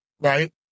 right